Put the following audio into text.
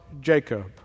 Jacob